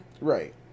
Right